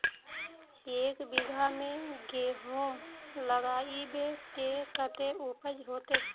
एक बिगहा में गेहूम लगाइबे ते कते उपज होते?